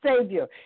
Savior